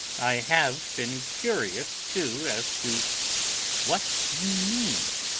i have been curious, too, as to what you mean.